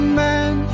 man